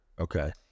Okay